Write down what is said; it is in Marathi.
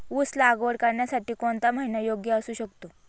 ऊस लागवड करण्यासाठी कोणता महिना योग्य असू शकतो?